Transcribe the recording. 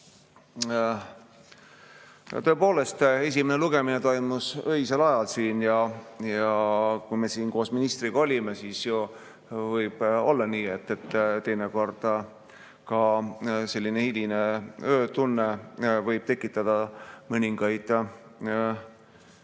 Tõepoolest, esimene lugemine toimus öisel ajal, kui me siin koos ministriga olime. Võib ju olla nii, et teinekord võib ka selline hiline öötund tekitada mõningaid